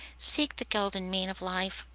seek the golden mean of life.